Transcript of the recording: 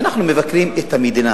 אנחנו מבקרים את המדינה,